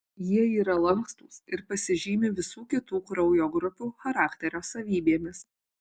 jie yra lankstūs ir pasižymi visų kitų kraujo grupių charakterio savybėmis